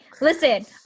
listen